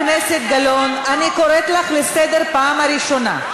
חברת הכנסת גלאון, אני קוראת לך לסדר פעם ראשונה.